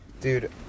Dude